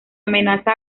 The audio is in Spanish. amenaza